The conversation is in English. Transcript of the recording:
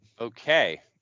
Okay